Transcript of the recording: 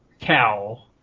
Cow